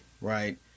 right